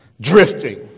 Drifting